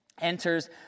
enters